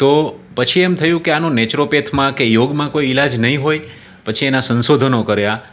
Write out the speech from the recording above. તો પછી એમ થયું કે આનો નેચરોપેથીમાં કે યોગમાં કોઈ ઇલાજ નહીં હોય પછી એનાં સંશોધનો કર્યા